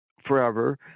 forever